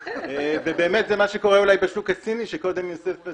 זה מה שקורה אולי בשוק הסיני, שאני אנסה קצת